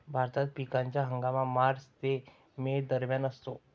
भारतात पिकाचा हंगाम मार्च ते मे दरम्यान असतो